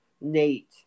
Nate